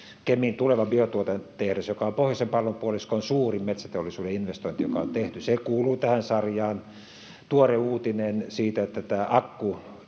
Kemiin tuleva biotuotetehdas, joka on pohjoisen pallonpuoliskon suurin metsäteollisuuden investointi, joka on tehty, kuuluu tähän sarjaan. Tuore uutinen siitä, että